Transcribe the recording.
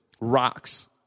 rocks